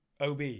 OB